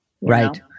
Right